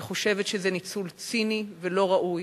אני חושבת שזה ניצול ציני ולא ראוי.